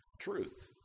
truth